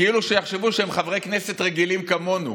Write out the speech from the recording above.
כאילו שיחשבו שהם חברי כנסת רגילים כמונו,